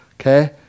okay